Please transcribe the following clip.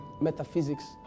metaphysics